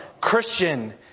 Christian